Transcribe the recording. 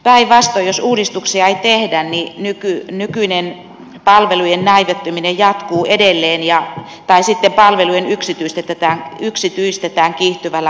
päinvastoin jos uudistuksia ei tehdä niin nykyinen palvelujen näivettyminen jatkuu edelleen tai sitten palveluja yksityistetään kiihtyvällä vauhdilla